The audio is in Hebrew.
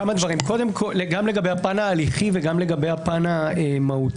כמה דברים גם לגבי הפן ההליכי וגם לגבי הפן המהותי.